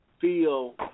feel